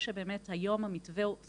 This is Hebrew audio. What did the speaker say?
עד